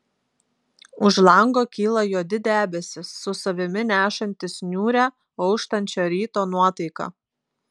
už lango kyla juodi debesys su savimi nešantys niūrią auštančio ryto nuotaiką